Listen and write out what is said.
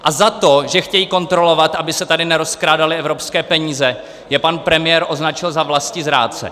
A za to, že chtějí kontrolovat, aby se tady nerozkrádaly evropské peníze, je pan premiér označil za vlastizrádce.